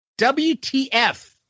WTF